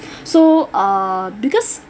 so err because